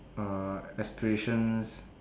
ah aspirations